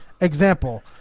Example